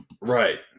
Right